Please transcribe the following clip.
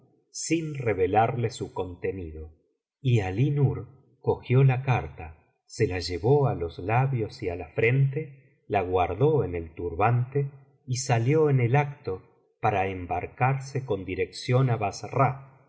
sin revelarle su contenido y ali nur cogió la carta se la llevó á los labios y á la frente la guardó en el turbante y salió en el acto para embarcarse con dirección á bassra